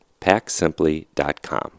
PackSimply.com